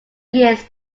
years